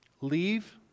leave